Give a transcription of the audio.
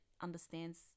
understands